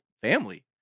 family